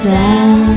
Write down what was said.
down